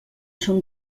son